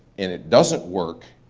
and it doesn't work,